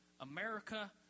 America